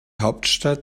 hauptstadt